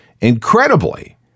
Incredibly